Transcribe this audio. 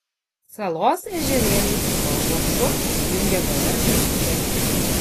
salos ežerėlį su baluošu jungia bevardis upeliukas